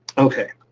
okay.